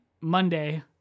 Monday